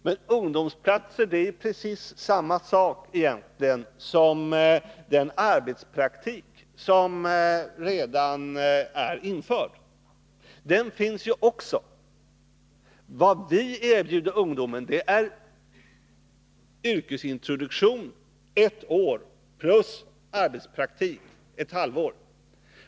Men ungdomsplatserna är egentligen precis samma sak som den yrkespraktik som redan är införd. Vad vi erbjuder ungdomen är yrkesintroduktion ett år plus arbetspraktik ett halvår.